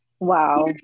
Wow